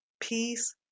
peace